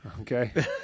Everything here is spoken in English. okay